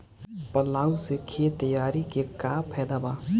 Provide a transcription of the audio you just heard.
Plough से खेत तैयारी के का फायदा बा?